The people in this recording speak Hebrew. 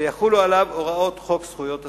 ויחולו עליו הוראות חוק זכויות הסטודנט.